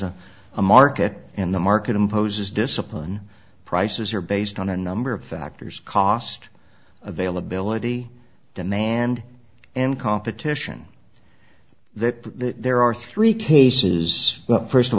a market and the market imposes discipline prices are based on a number of factors cost availability demand and competition that there are three cases but first of